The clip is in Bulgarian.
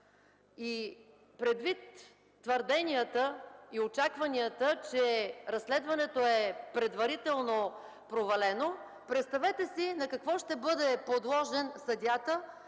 Предвид твърденията и очакванията, че разследването е предварително провалено, представете си на какво ще бъде подложен съдията,